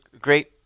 great